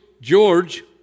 George